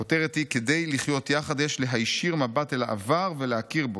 והכותרת היא: "כדי לחיות יחד יש להישיר מבט אל העבר ולהכיר בו".